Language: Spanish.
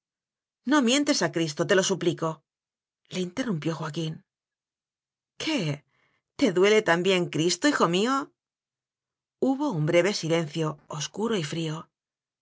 no mientes a cristo te lo suplico le interrumpió joaquín qué te duele también cristo hijo mío hubo un breve silencio oscuro y frío